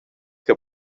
que